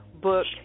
book